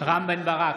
רם בן ברק,